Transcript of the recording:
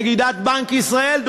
נגידת בנק ישראל,